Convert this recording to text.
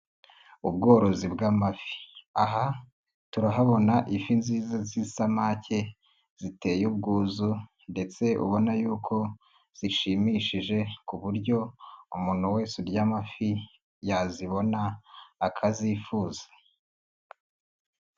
Ubworozi bw'amafi, aha turahabona ifi nziza z'isamake, ziteye ubwuzu ndetse ubona yuko zishimishije ku buryo umuntu wese urya amafi yazibona akazifuza.